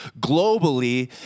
globally